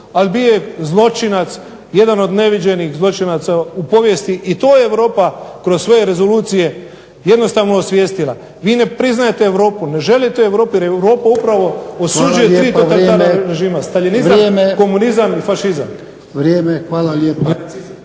ali bio je zločinac, jedan od neviđenih zločinaca u povijesti. I to je Europa kroz svoje rezolucije jednostavno osvijestila. Vi ne priznajete Europu, ne želite Europu jer Europa upravo osuđuje 3 totalitarna režima staljinizam, komunizam i fašizam. **Jarnjak, Ivan (HDZ)**